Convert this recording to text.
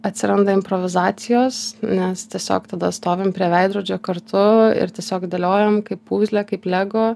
atsiranda improvizacijos nes tiesiog tada stovim prie veidrodžio kartu ir tiesiog dėliojam kaip pūzlę kaip lego